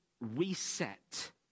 reset